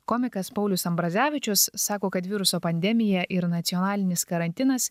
komikas paulius ambrazevičius sako kad viruso pandemija ir nacionalinis karantinas